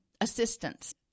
assistance